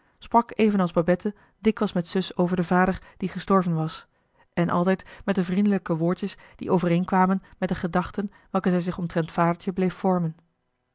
sprak evenals babette dikwijls met zus over den vader die gestorven was en altijd met de vriendelijke woordjes die overeenkwamen met de gedachten welke zij zich omtrent vadertje bleef vormen